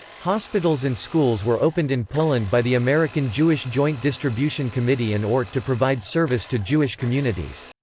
hospitals and schools were opened in poland by the american jewish joint distribution committee and ort to provide service to jewish communities.